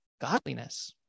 godliness